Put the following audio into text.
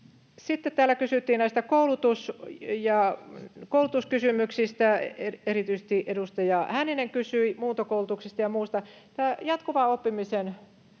Sitten täällä kysyttiin näistä koulutuskysymyksistä, erityisesti edustaja Hänninen kysyi muuntokoulutuksesta ja muusta. Tämä jatkuvan oppimisen